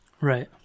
Right